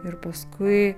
ir paskui